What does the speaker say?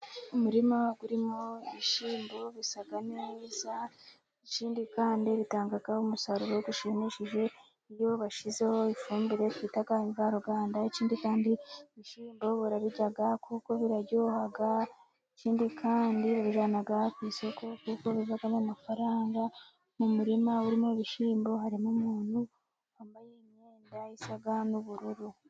Umurima urimo ibishyimbo bisa neza . Ikindi kandi bitanga umusaruro ushimishije iyo bashizeho ifumbire bita invaruganda. Ikindi kandi ibishyimbo barabirya kuko biraryoha. Ikindi kandi babijyana ku isoko kuko bivamo amafaranga. Mu murima urimo ibishyimbo, harimo umuntu wambaye imyenda isa n'ubururu.